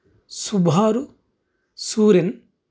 సుభారు Surin